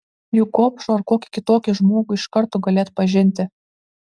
juk gobšų ar kokį kitokį žmogų iš karto gali atpažinti